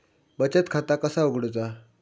बचत खाता कसा उघडूचा?